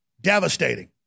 Devastating